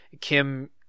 Kim